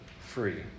free